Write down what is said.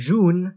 June